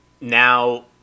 now